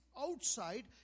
outside